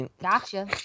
Gotcha